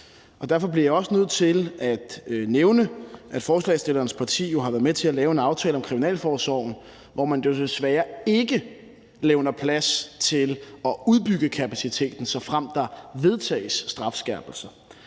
derfor bliver jeg også nødt til at nævne, at forslagsstillernes parti jo har været med til at lave en aftale om kriminalforsorgen, hvor man desværre ikke levner plads til at udbygge kapaciteten, såfremt der vedtages strafskærpelser.